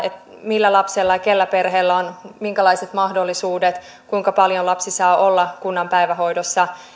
millä lapsella ja kenellä perheellä on minkälaiset mahdollisuudet kuinka paljon lapsi saa olla kunnan päivähoidossa